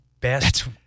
best